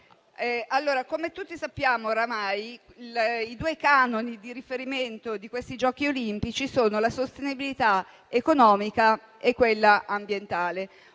come tutti sappiamo oramai, i due canoni di riferimento di questi Giochi olimpici sono la sostenibilità economica e quella ambientale.